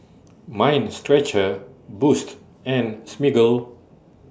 Mind Stretcher Boost and Smiggle